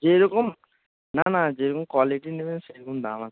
যেরকম না না যেরকম কোয়ালিটির নেবেন সেরকম দাম আছে